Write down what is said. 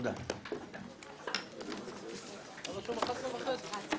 הישיבה ננעלה בשעה